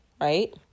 right